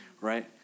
right